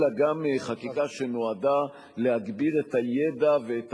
אלא גם חקיקה שנועדה להגביר את הידע ואת